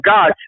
God